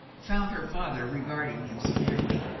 found her father regard ing him severely.